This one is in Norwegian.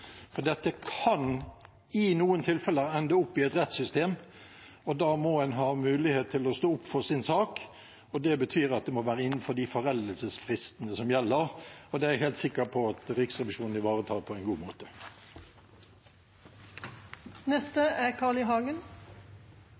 Dette kan i noen tilfeller ende opp i rettssystemet, og da må en ha mulighet til å stå opp for sin sak. Det betyr at det må være innenfor de foreldelsesfristene som gjelder. Det er jeg helt sikker på at Riksrevisjonen ivaretar på en god